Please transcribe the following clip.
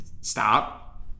stop